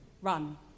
Run